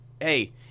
hey